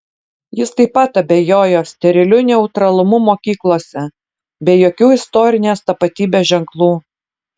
jis taip pat abejojo steriliu neutralumu mokyklose be jokių istorinės tapatybės ženklų